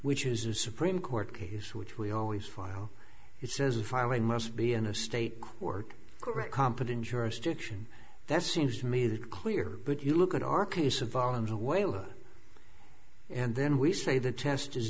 which is a supreme court case which we always file it says the filing must be in a state court correct competent jurisdiction that seems to me that clear but you look at our case involving the whale and then we say the test is